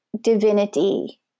divinity